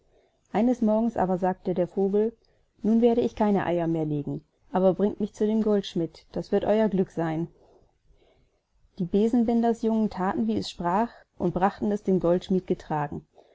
eines morgens aber sagte der vogel nun werde ich keine eier mehr legen aber bringt mich zu dem goldschmidt das wird euer glück seyn die besenbindersjungen thaten wie es sprach und brachten es dem goldschmidt getragen